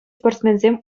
спортсменсем